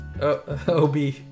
ob